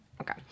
okay